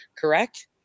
Correct